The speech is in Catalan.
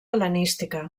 hel·lenística